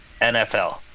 NFL